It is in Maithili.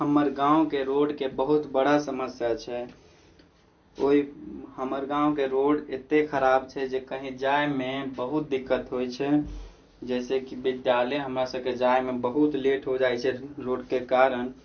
हमर गाँवके रोडके बहुत बड़ा समस्या छै ओहि हमर गाँवके रोड एते खराब छै जे कहीँ जाइमे बहुत दिक्कत होइत छै जइसे कि विद्यालय हमरा सभकेँ जाइमे बहुत लेट हो जाइत छै रोडके कारण